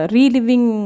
Reliving